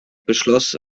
beschloss